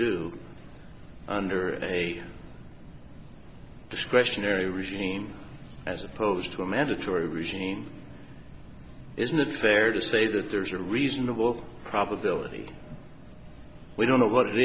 do under a discretionary regime as opposed to a mandatory regime isn't it fair to say that there's a reasonable probability we don't know what it